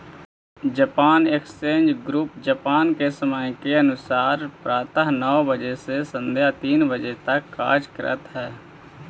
Japan exchange group Japan के समय के अनुसार प्रातः नौ बजे से सायं तीन बजे तक कार्य करऽ हइ